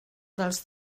dels